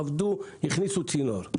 עבדו והכניסו צינור.